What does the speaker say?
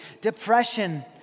depression